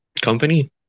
company